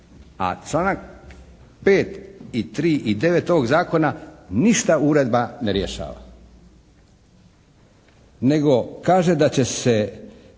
a članak 5. i 3. i 9. ovog Zakona ništa uredba ne rješava, nego kaže da će se